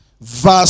verse